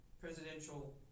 Presidential